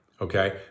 okay